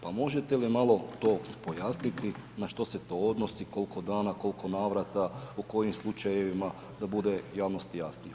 Pa možete li malo to pojasniti na što se to odnosi, koliko dana, koliko navrata, u kojim slučajevima da bude javnosti jasno.